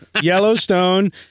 Yellowstone